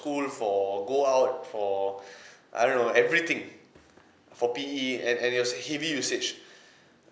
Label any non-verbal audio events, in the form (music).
school for go out for (breath) I don't know everything for P_E and and it was heavy usage